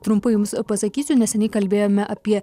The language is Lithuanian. trumpai jums pasakysiu neseniai kalbėjome apie